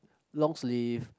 long sleeve